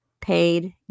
paid